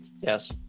yes